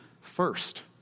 first